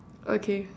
okay